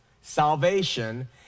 salvation